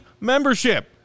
membership